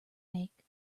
make